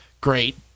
great